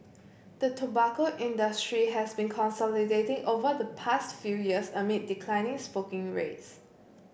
the tobacco industry has been consolidating over the past few years amid declining smoking rates